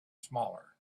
smaller